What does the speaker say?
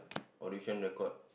audition record